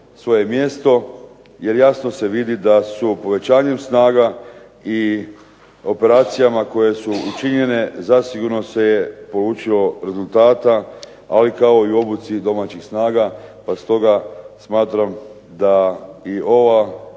svoje mjesto jer zasigurno se vidi da su povećanjem snaga i operacijama koje su učinjene zasigurno se polučilo rezultata ali i kao u obuci domaćih snaga, smatram da i ovo